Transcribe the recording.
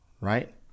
right